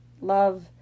love